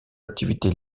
activités